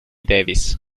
davis